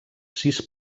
sis